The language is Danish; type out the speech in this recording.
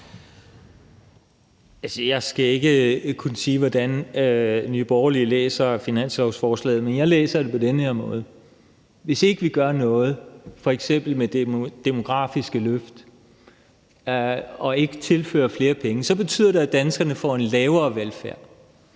Jeg skal ikke kunne sige, hvordan Nye Borgerlige læser finanslovsforslaget, men jeg læser det på den her måde: Hvis ikke vi gør noget, f.eks. med det demografiske løft, og ikke tilfører flere penge, så betyder det, at danskerne får en lavere velfærd.